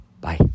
Bye